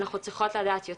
אנחנו צריכות לדעת יותר,